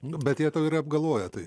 nu bet jie tau yra apgalvoję tai